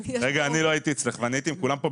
אני לא הייתי אצלך ואני הייתי בדיון עם כולם.